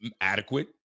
adequate